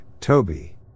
Toby